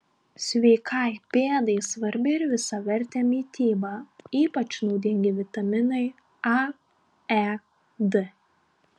sveikai pėdai svarbi ir visavertė mityba ypač naudingi vitaminai a e d